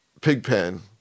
pigpen